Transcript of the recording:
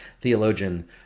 Theologian